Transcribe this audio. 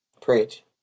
Preach